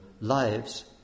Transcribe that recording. lives